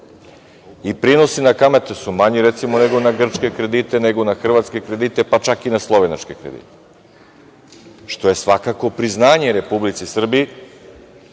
i prinosi na kamate su manji nego na grčke kredite, nego na hrvatske kredite, pa čak i na slovenačke kredite, što je svakako priznanje Republici Srbiji